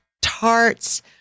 tarts